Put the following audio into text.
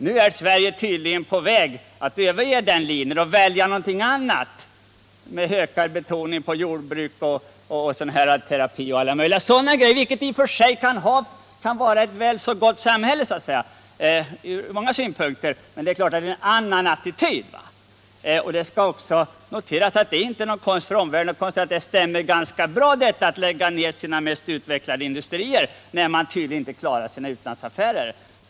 Nu är Sverige tydligen på väg att överge den linjen och välja något annat med betoning kanske på jordbruk och terapi av olika slag. Det kan i och för sig vara ett väl så gott samhälle från många synpunkter, men det är klart att det innebär en annan attityd. Det är heller inte någon konst för omvärlden att notera att det stämmer ganska bra att man i Sverige lägger ner sina mest utvecklade industrier när man tydligen inte klarar sina utlandsaffärer.